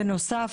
בנוסף,